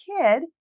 kid